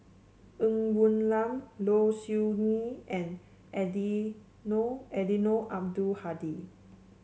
Ng Woon Lam Low Siew Nghee and Eddino Eddino Abdul Hadi